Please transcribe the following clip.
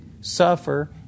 suffer